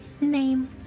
Name